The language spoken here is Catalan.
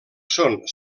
són